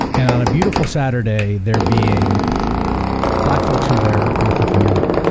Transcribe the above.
and on a beautiful saturday, there being black folks who are there, who are cooking out,